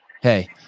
Hey